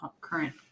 current